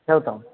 ठेवतो मग